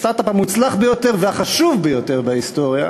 הסטרט-אפ המוצלח ביותר והחשוב ביותר בהיסטוריה